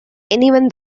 anyone